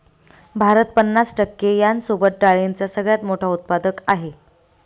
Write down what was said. भारत पन्नास टक्के यांसोबत डाळींचा सगळ्यात मोठा उत्पादक आहे